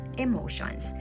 emotions